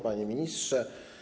Panie Ministrze!